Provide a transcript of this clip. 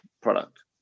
product